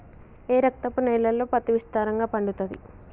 ఏ రకపు నేలల్లో పత్తి విస్తారంగా పండుతది?